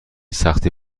سختی